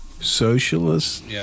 socialist